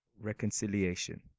reconciliation